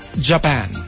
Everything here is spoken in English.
Japan